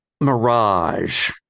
mirage